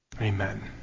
Amen